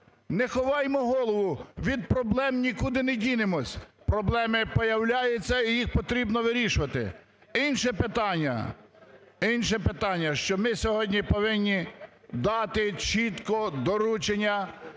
Не ховаймо голову, від проблем нікуди не дінемося! Проблеми появляються, і їх потрібно вирішувати. Інше питання, інше питання, що ми сьогодні повинні дати чітко доручення,